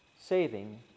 saving